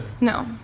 No